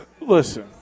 Listen